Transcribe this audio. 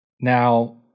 Now